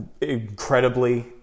incredibly